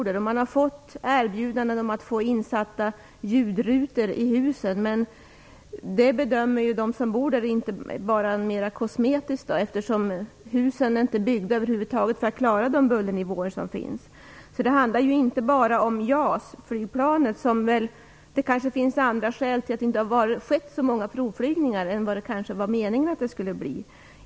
De har fått erbjudande om att få ljudrutor insatta i huset, men de som bor där bedömer en sådan åtgärd vara mera kosmetisk, eftersom husen över huvud taget inte är byggda för att klara de bullernivåer som det gäller. Det handlar här inte bara om JAS-flygplanet. Det finns kanske också andra skäl till att det inte gjorts så många provflygningar som avsikten varit.